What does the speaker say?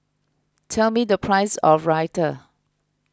tell me the price of Raita